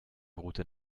route